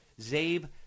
Zabe